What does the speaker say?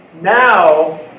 Now